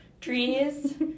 trees